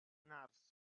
nurse